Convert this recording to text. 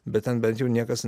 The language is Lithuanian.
bet ten bent jau niekas